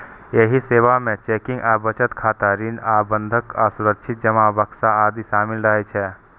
एहि सेवा मे चेकिंग आ बचत खाता, ऋण आ बंधक आ सुरक्षित जमा बक्सा आदि शामिल रहै छै